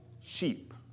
sheep